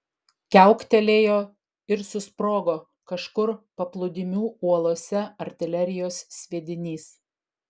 kiauktelėjo ir susprogo kažkur paplūdimių uolose artilerijos sviedinys